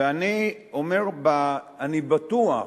ואני בטוח,